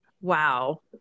Wow